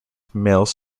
males